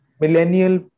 Millennial